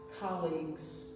colleagues